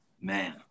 Man